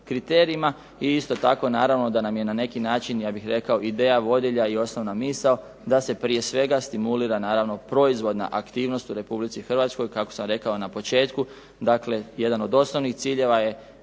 kriterijima. I isto tako naravno da nam je na neki način ja bih rekao ideja vodilja i osnovna misao da se prije svega stimulira naravno proizvodna aktivnost u Republici Hrvatskoj kako sam rekao na početku. Dakle, jedan od osnovnih ciljeva je